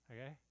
okay